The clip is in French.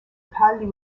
pâles